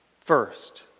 first